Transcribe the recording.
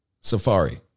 Safari